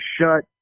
shut